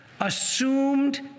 assumed